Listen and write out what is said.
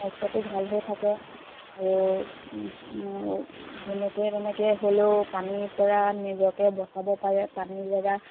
স্বাস্থ্যটো ভাল হৈ থাকে আৰু যেনেকৈ তেনেকে হ'লেও পানীৰ পৰা নিজকে বচাব পাৰে পানী জেগাৰ